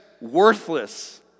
worthless